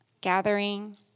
gathering